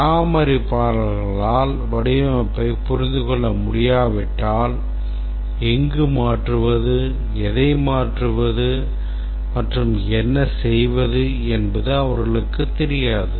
பராமரிப்பாளர்களால் வடிவமைப்பைப் புரிந்து கொள்ள முடியாவிட்டால் எங்கு மாற்றுவது எதை மாற்றுவது மற்றும் என்ன செய்வது என்று அவர்களுக்குத் தெரியாது